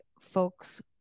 folks